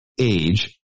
age